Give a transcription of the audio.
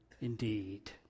indeed